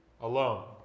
alone